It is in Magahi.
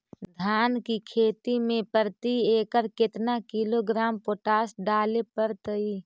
धान की खेती में प्रति एकड़ केतना किलोग्राम पोटास डाले पड़तई?